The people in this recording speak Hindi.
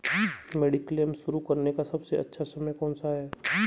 मेडिक्लेम शुरू करने का सबसे अच्छा समय कौनसा है?